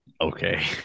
okay